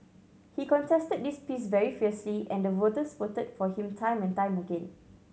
he contested this piece very fiercely and the voters voted for him time and time again